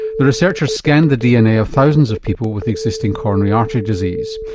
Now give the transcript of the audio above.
the researchers scanned the dna of thousands of people with existing coronary artery disease.